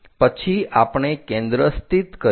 પછી આપણે કેન્દ્ર સ્થિત કરીએ